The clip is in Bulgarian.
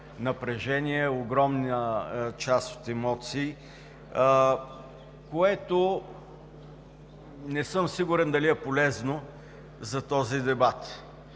огромна част от емоции, което, не съм сигурен дали е полезно за този дебат.